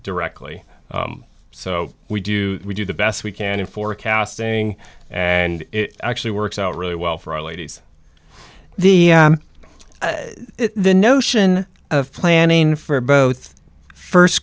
directly so we do we do the best we can in forecasting and it actually works out really well for our ladies the the notion of planning for both